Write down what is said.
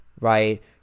right